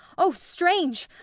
o strange!